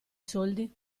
soldi